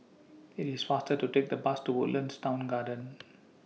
IT IS faster to Take The Bus to Woodlands Town Garden